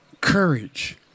courage